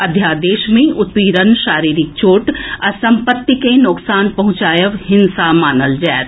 अध्यादेश मे उत्पीड़न शारीरिक चोट आ सम्पत्ति के नोकसान पहुंचाएब हिंसा मानल जाएत